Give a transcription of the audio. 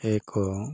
ଏକ